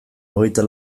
hogeita